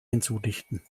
hinzudichten